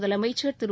முதலமைச்சர் திரு